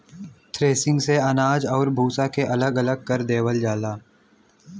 threshing से अनाज आउर भूसा के अलग अलग कर देवल जाला